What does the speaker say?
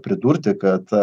pridurti kad